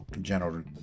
General